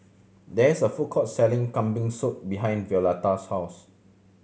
there is a food court selling Kambing Soup behind Violetta's house